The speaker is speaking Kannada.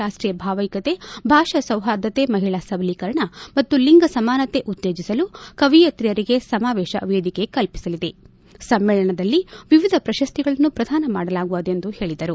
ರಾಷ್ಷೀಯ ಭಾವೈಕ್ಯತೆ ಭಾಷಾ ಸೌಪಾರ್ದತೆ ಮಹಿಳಾ ಸಬಲೀಕರಣ ಮತ್ತು ಲಿಂಗ ಸಮಾನತೆ ಉತ್ತೇಜಿಸಲು ಕವಯತ್ರಿಯರಿಗೆ ಸಮಾವೇಶ ವೇದಿಕೆ ಕಲ್ಪಿಸಲಿದೆ ಸಮ್ಮೇಳನದಲ್ಲಿ ವಿವಿಧ ಪ್ರಶಸ್ತಿಗಳನ್ನು ಪ್ರಧಾನ ಮಾಡಲಾಗುವುದು ಎಂದು ಹೇಳಿದರು